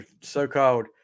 so-called